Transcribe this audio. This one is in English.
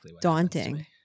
daunting